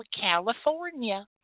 California